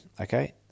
okay